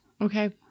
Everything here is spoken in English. Okay